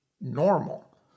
normal